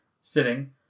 sitting